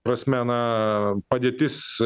prasme na padėtis